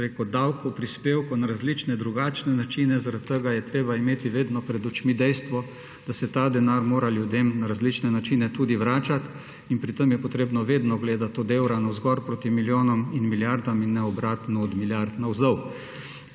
preko davkov, prispevkov na različne drugačne načine, zaradi tega je treba imeti vedno pred očmi dejstvo, da se mora ta denar ljudem na različne načine tudi vračati in pri tem je potrebno vedno gledati od evra navzgor proti milijonom in milijardam in ne obratno od milijard navzdol.